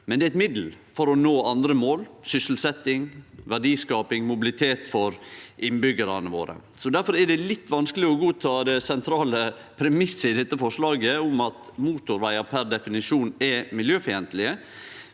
men det er eit middel for å nå andre mål – sysselsetjing, verdiskaping, mobilitet for innbyggjarane våre. Difor er det litt vanskeleg å godta det sentrale premisset i dette forslaget om at motorvegar per definisjon er miljøfiendtlege.